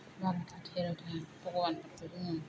बार'ता थेर'ता भगबानफोरखौ जोङो